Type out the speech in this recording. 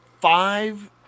five